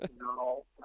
No